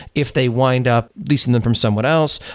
if they wind up leasing them from someone else,